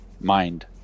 mind